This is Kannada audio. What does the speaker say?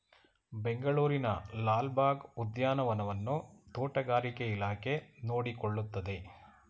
ಬೆಂಗಳೂರಿನ ಲಾಲ್ ಬಾಗ್ ಉದ್ಯಾನವನವನ್ನು ತೋಟಗಾರಿಕೆ ಇಲಾಖೆ ನೋಡಿಕೊಳ್ಳುತ್ತದೆ